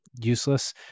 useless